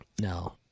No